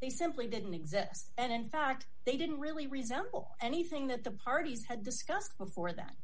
they simply didn't exist and in fact they didn't really resemble anything that the parties had discussed before that